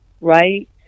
Right